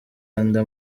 afurika